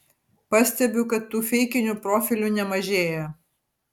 pastebiu kad tų feikinių profilių nemažėja